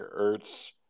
Ertz